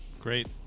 Great